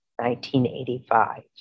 1985